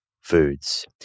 foods